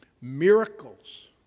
Miracles